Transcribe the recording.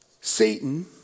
Satan